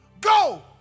Go